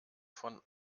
von